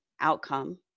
outcome